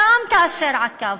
גם כאשר עקבנו,